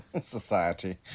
society